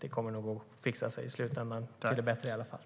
Det kommer nog att i slutändan fixa sig till det bättre i alla fall.